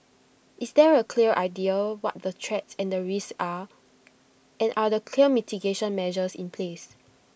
is there A clear idea what the threats and the risks are and are the clear mitigation measures in place